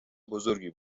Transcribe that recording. بزرگی